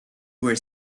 were